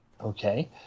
Okay